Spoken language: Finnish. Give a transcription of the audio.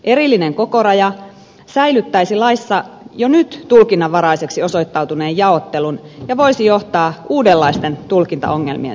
erillinen kokoraja säilyttäisi laissa jo nyt tulkinnanvaraiseksi osoittautuneen jaottelun ja voisi johtaa uudenlaisten tulkintaongelmien syntymiseen